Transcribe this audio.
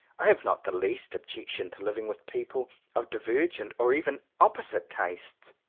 i have not the least objection to living with people of divergent or even opposite tastes.